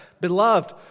Beloved